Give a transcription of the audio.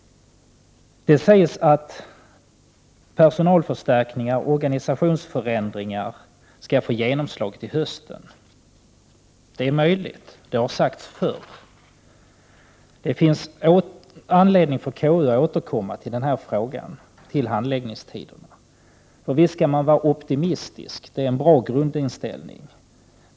Det sägs att personalförstärkningar och organisationsförändringar skall få genomslag till hösten. Det är möjligt, men samma sak har sagts förr. Det finns anledning för KU att återkomma i frågan om handläggningstiderna. Visst skall man vara optimistisk — det är en bra grundinställning.